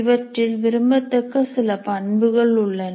இவற்றில் விரும்பத்தக்க சில பண்புகள் உள்ளன